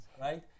right